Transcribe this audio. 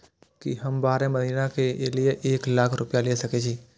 की हम बारह महीना के लिए एक लाख रूपया ले सके छी?